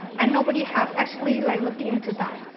and nobody has actually like looked into that.